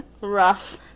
Rough